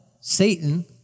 Satan